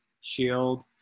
Shield